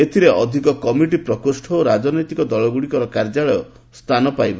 ଏଥିରେ ଅଧିକ କମିଟି ପ୍ରକୋଷ୍ଠ ଓ ରାଜନୈତିକ ଦଳଗୁଡ଼ିକର କାର୍ଯ୍ୟାଳୟ ସ୍ଥାନ ପାଇବ